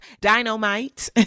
dynamite